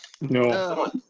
No